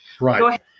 Right